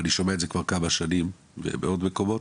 ואני שומע את זה כבר כמה שנים בעוד מקומות,